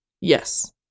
Yes